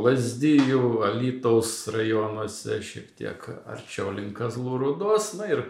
lazdijų alytaus rajonuose šiek tiek arčiau link kazlų rūdos na ir